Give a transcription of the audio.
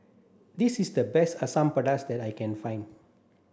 this is the best Asam Pedas that I can find